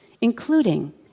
including